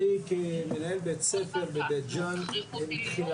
אני כמנהל בית ספר בבית ג'ן נתקלתי